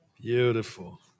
Beautiful